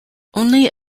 only